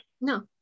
No